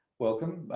welcome.